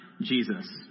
Jesus